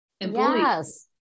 Yes